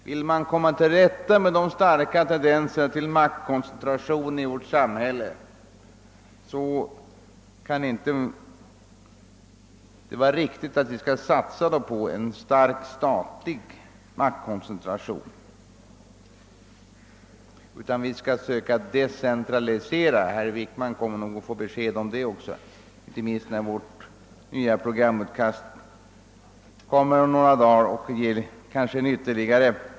Vill man komma till rätta med de starka tendenserna till maktkoncentration i vårt samhälle, kan det inte vara riktigt att vi satsar på en stark statlig maktkoncentration utan vi skall i stället söka decentralisera. Herr Wickman kan få ytterligare besked om vår uppfattning, inte minst när vårt programutkast om några dagar publiceras.